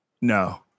No